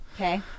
Okay